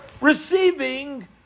receiving